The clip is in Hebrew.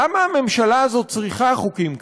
למה הממשלה הזאת צריכה חוקים כאלה?